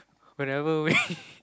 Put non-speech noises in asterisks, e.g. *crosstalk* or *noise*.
whenever way *laughs*